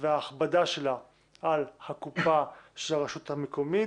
וההכבדה שלה על הקופה של הרשות המקומית.